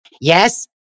Yes